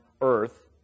earth